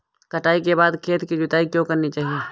कटाई के बाद खेत की जुताई क्यो करनी चाहिए?